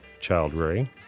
child-rearing